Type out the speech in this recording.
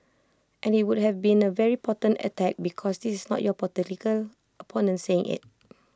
and IT would have been A very potent attack because this is not your political opponent saying IT